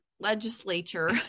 Legislature